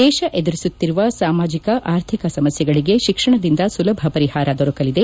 ದೇಶ ಎದುರಿಸುತ್ತಿರುವ ಸಾಮಾಜಿಕ ಅರ್ಥಿಕ ಸಮಸ್ಯೆಗಳಿಗೆ ಶಿಕ್ಷಣದಿಂದ ಸುಲಭ ಪರಿಷಾರ ದೊರಕಲಿದೆ